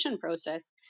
process